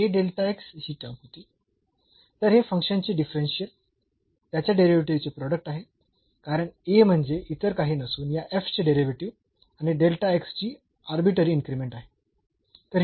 तर हे फंक्शन चे डिफरन्शियल त्याच्या डेरिव्हेटिव्ह चे प्रोडक्ट आहे कारण A म्हणजे इतर काही नसून या चे डेरिव्हेटिव्ह अणि ची आर्बिट्ररी इन्क्रीमेंट आहे